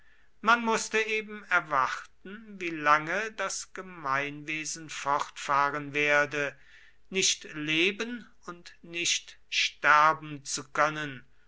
man mußte eben erwarten wie lange das gemeinwesen fortfahren werde nicht leben und nicht sterben zu können